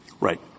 Right